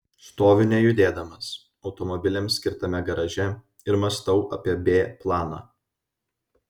stoviu nejudėdamas automobiliams skirtame garaže ir mąstau apie b planą